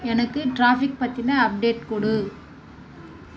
எனக்கு ட்ராஃபிக் பற்றின அப்டேட் கொடு